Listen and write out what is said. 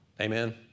Amen